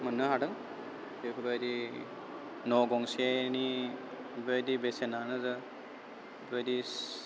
मोननो हादों बेफोरबायदि न' गंसेनि बेबायदि बेसेनानो जा बेबायदि